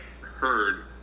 heard